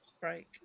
break